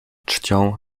czcią